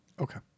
Okay